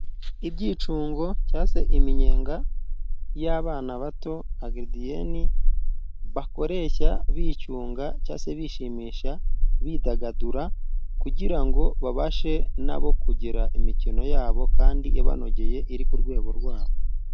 Ibyicungo cyagwa se iminyenga y'abana bato, ba garidiyeni bakoresha bicunga cyangwa se bishimisha, bidagadura, kugira ngo babashe na bo kugira imikino ya bo kandi ibanogeye, iri ku rwego rwa bo.